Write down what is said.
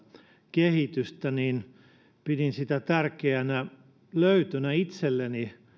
kehitystä ja pidin sitä tärkeänä löytönä itselleni